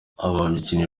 abakinnyi